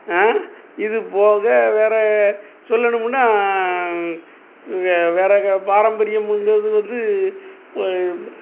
இதுபோக வேறே சொல்லணும்னா வே வேறே க பாரம்பரியம் உள்ளது வந்து